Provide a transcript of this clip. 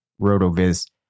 Rotoviz